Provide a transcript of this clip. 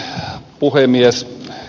arvoisa puhemies